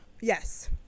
Yes